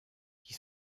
qui